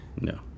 No